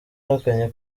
yahakanye